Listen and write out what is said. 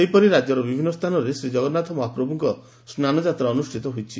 ସେହିପରି ରାଜ୍ୟର ବିଭିନ୍ନ ସ୍ଥାନରେ ଜଗନ୍ନାଥ ମହାପ୍ରଭୁଙ୍କ ସ୍ନାନ ଯାତ୍ରା ଅନୁଷିତ ହୋଇଛି